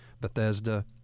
Bethesda